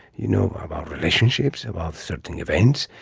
you know, about relationships, about certain events.